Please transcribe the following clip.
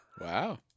Wow